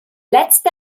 letzte